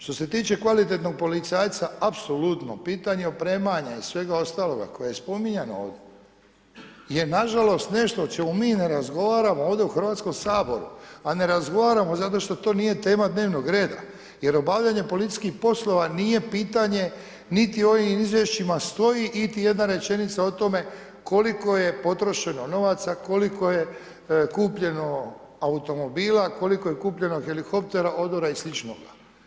Što se tiče kvalitetnog policajca, apsolutno pitanje opremanja i svega ostaloga koje je spominjano ovdje je nažalost nešto o čemu mi ne razgovaramo ovdje u Hrvatskom saboru a ne razgovaramo zato što to nije tema dnevnog reda je obavljanje policijskih poslova nije pitanje niti u ovim izvješćima stoji iti jedna rečenica o tome koliko je potrošeno novaca, koliko je kupljeno automobila, koliko je kupljeno helikoptera, odora i sl.